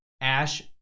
Ash